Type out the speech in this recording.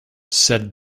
said